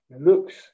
looks